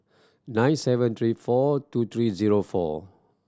nine seven three four two three zero four